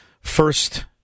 first